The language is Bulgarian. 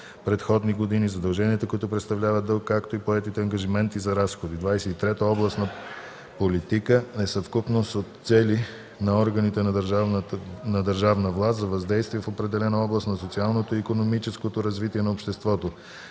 предходни години, задълженията, които представляват дълг, както и поетите ангажименти за разходи. 23. „Област на политика” е съвкупност от цели на органите на държавна власт за въздействие в определена област на социалното и икономическото развитие на обществото.